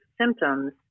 symptoms